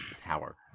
tower